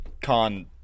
con